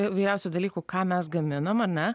įvairiausių dalykų ką mes gaminam ar ne